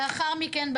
לאחר מכן,